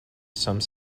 some